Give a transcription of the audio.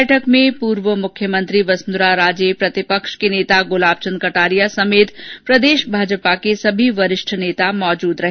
कार्यक्रम में पूर्व मुख्यमंत्री वसुंधरा राजे प्रतिपक्ष के नेता गुलाब चेद कटारिया समेत प्रदेश भाजपा के सभी वरिष्ठ नेता उपस्थित रहे